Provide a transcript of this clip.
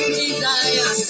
desire